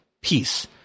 peace